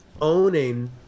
owning